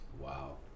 Wow